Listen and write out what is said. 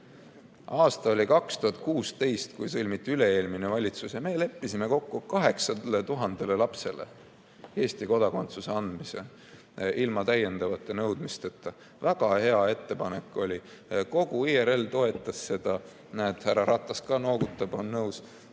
aasta oli 2016, kui moodustati üle-eelmine valitsus ja me leppisime kokku anda 8000 lapsele Eesti kodakondsus ilma täiendavate nõudmisteta. Väga hea ettepanek oli, ka kogu IRL toetas seda. Näed, härra Ratas ka noogutab, on nõus.